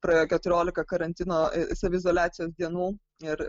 praėjo keturiolika karantino saviizoliacijos dienų ir